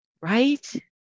Right